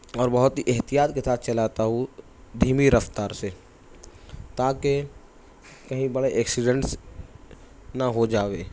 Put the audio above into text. اور بہت ہی احتیاط کے ساتھ چلاتا ہوں دھیمی رفتار سے تاکہ کہیں بڑے ایکسیڈنٹس نہ ہو جاوے